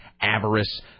avarice